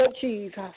Jesus